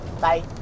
Bye